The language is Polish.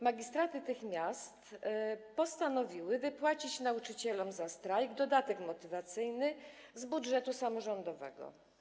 Magistraty tych miast postanowiły wypłacić nauczycielom za strajk dodatek motywacyjny z budżetu samorządowego.